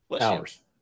Hours